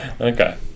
Okay